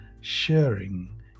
sharing